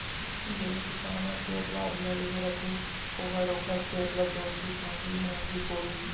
जेन किसान ह खेत ल अधिया लेहे रथे ओहर ओखर खेत ल जोतही फांदही, निंदही कोड़ही